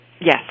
Yes